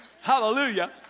Hallelujah